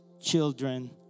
children